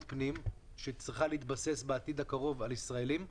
פנים שצריכה להתבסס בעתיד הקרוב על ישראלים,